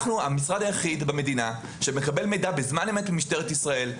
אנחנו המשרד היחיד במדינה שמקבל מידע בזמן אמת ממשטרת ישראל.